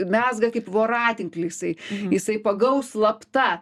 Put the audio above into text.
mezga kaip voratinklį jisai jisai pagaus slapta